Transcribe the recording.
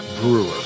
Brewer